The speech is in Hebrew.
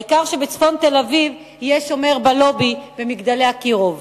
העיקר שבצפון תל-אביב יהיה שומר בלובי ב"מגדלי אקירוב".